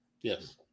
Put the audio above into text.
Yes